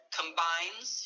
combines